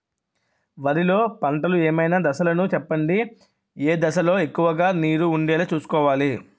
వరిలో పంటలు ఏమైన దశ లను చెప్పండి? ఏ దశ లొ ఎక్కువుగా నీరు వుండేలా చుస్కోవలి?